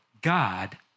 God